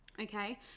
Okay